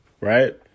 right